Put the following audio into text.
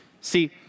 See